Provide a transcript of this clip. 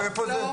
מאיפה הזה?